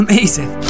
Amazing